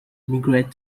migrated